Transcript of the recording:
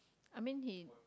I mean he